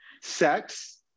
Sex